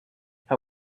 how